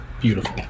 beautiful